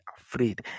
afraid